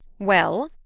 well?